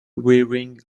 wearing